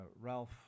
Ralph